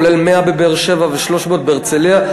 100 בבאר-שבע ו-300 בהרצלייה.